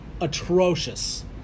atrocious